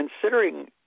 considering